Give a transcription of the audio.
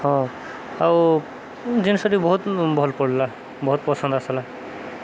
ହଁ ଆଉ ଜିନିଷଟି ବହୁତ ଭଲ ପଡ଼ିଲା ବହୁତ ପସନ୍ଦ ଆସିଲା